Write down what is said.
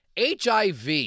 HIV